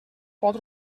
pot